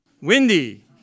Windy